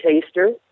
taster